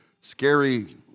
scary